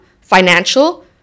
financial